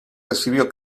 recibió